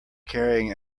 carrying